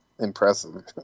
Impressive